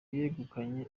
yegukanye